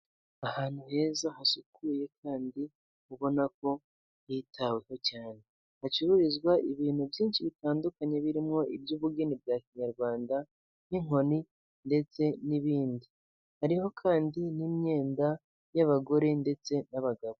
Ahantu heza hasukuye kandi ubona ko hitaweho cyane, hacururizwa ibintu byinshi bitandukanye birimo iby'ubugeni bwa kinyarwanda nk'inkoni ndetse n'ibindi, hariho kandi n'imyenda y'abagore ndetse n'abagabo.